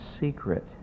secret